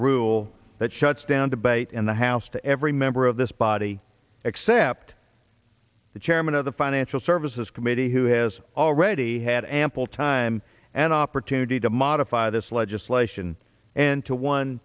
rule that shuts down debate in the house to every member of this body except the chairman of the financial services committee who has already had ample time and opportunity to modify this legislation and to one